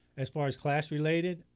as far as class related,